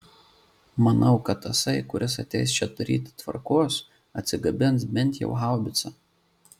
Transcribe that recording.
manau kad tasai kuris ateis čia daryti tvarkos atsigabens bent jau haubicą